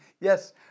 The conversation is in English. Yes